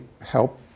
help